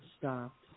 stopped